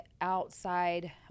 outside